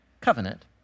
Covenant